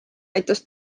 aitas